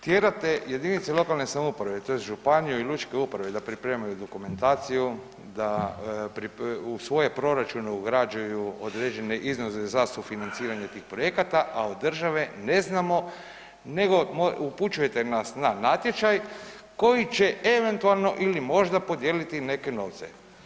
Tjerate JLS-ove tj. županiju i lučke uprave da pripremaju dokumentaciju, da u svoje proračune ugrađuju određene iznose za sufinanciranje tih projekata, a od države ne znamo nego upućujete nas na natječaj koji će eventualno ili možda podijeliti neke novce.